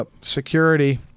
security